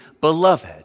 beloved